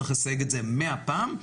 צריך לסייג את זה מאה פעם,